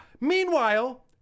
Meanwhile